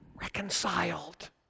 reconciled